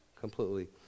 completely